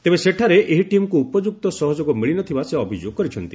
ତେବେ ସେଠାରେ ଏହି ଟିମ୍କୁ ଉପଯୁକ୍ତ ସହଯୋଗ ମିଳିନଥିବା ସେ ଅଭିଯୋଗ କରିଛନ୍ତି